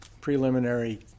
preliminary